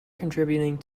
contributing